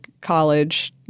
college